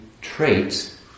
traits